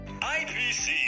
IPC